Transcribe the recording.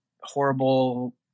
horrible